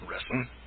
wrestling